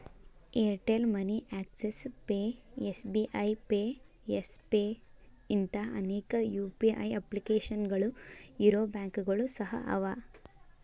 Airtel Money Axis Pay SBI Pay Yes Pay ಇಂಥಾ ಅನೇಕ UPI ಅಪ್ಲಿಕೇಶನ್ಗಳು ಇರೊ ಬ್ಯಾಂಕುಗಳು ಸಹ ಅವ